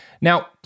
Now